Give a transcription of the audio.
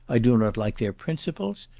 i do not like their principles,